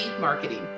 marketing